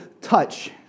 touch